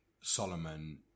Solomon